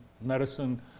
Medicine